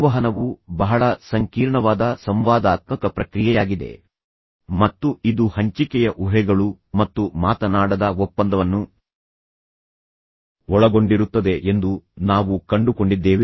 ಸಂವಹನವು ಬಹಳ ಸಂಕೀರ್ಣವಾದ ಸಂವಾದಾತ್ಮಕ ಪ್ರಕ್ರಿಯೆಯಾಗಿದೆ ಮತ್ತು ಇದು ಹಂಚಿಕೆಯ ಊಹೆಗಳು ಮತ್ತು ಮಾತನಾಡದ ಒಪ್ಪಂದವನ್ನು ಒಳಗೊಂಡಿರುತ್ತದೆ ಎಂದು ನಾವು ಕಂಡುಕೊಂಡಿದ್ದೇವೆ